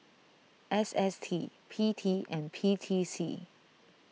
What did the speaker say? S S T P T and P T C